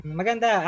maganda